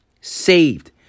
saved